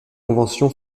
convention